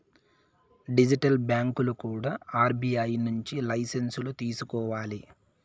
digital బ్యాంకులు కూడా RBI నుంచి లైసెన్సులు తీసుకోవాలి